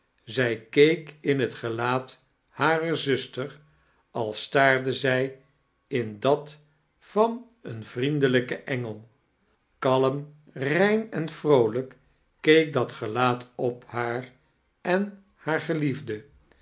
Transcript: zij keek in het gelaat harer zuster als staarde zij in dat van een vriendelijken engel kalm rein en vrooiijk keek dat gelaat op haar en haar geliefde